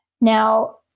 Now